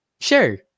sure